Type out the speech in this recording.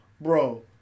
Bro